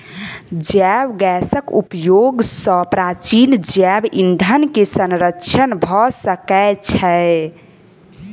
जैव गैसक उपयोग सॅ प्राचीन जैव ईंधन के संरक्षण भ सकै छै